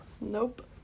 Nope